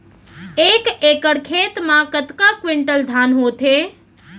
एक एकड़ खेत मा कतका क्विंटल धान होथे?